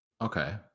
okay